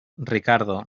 ricardo